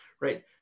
right